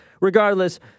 regardless